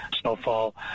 snowfall